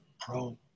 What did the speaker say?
pro